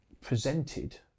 presented